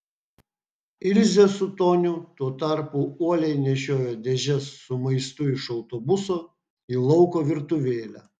ilzė su toniu tuo tarpu uoliai nešiojo dėžes su maistu iš autobuso į lauko virtuvėlę